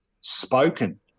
spoken